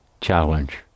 challenge